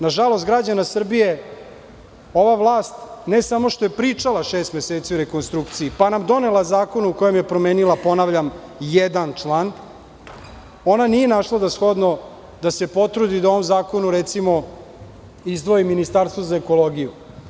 Na žalost građana Srbije ova vlast, ne samo što je pričala šest meseci o rekonstrukciji, pa nam donela zakon u kojem je promenila, ponavljam, jedan član, ona nije našla za shodno da se potrudi da u ovom zakonu, recimo, izdvoji ministarstvo za ekologiju.